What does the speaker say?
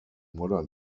modern